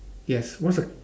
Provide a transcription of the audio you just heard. yes what's the